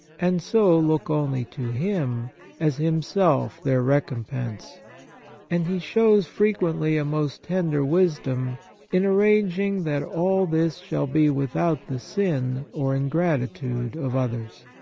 and so look only to him as himself their recompense and he shows frequently a most tender wisdom in arranging that all this shall be without the sin or ingratitude of others.